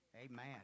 Amen